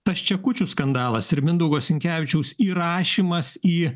tas čekučių skandalas ir mindaugo sinkevičiaus įrašymas į